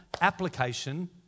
application